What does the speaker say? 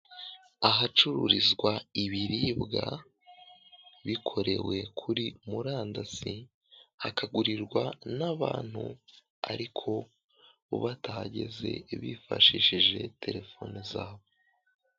Ahacururizwa ibiribwa bikorewe kuri murandasi hakagurirwa n'abantu ariko batahageze bifashishije telefone zabo.